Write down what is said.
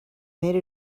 made